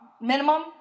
minimum